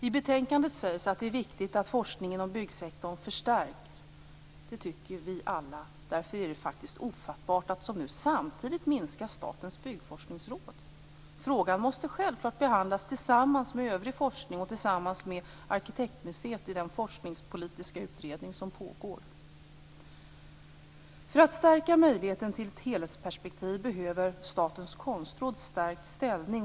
I betänkandet sägs att det är viktigt att forskningen om byggsektorn förstärks. Det tycker vi alla. Därför är det faktiskt ofattbart att som nu samtidigt minska Statens byggforskningsråd. Frågan måste självklart behandlas tillsammans med övrig forskning och tillsammans med Arkitekturmuseet i den forskningspolitiska utredning som pågår. För att förbättra möjligheten till ett helhetsperspektiv behöver Statens konstråd stärkt ställning.